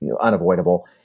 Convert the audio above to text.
unavoidable